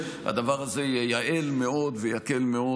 הדבר הזה ייעל מאוד ויקל מאוד